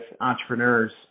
entrepreneurs